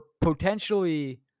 potentially